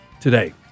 today